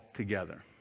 Together